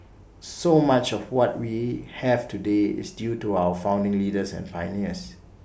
so much of what we have today is due to our founding leaders and pioneers